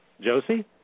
Josie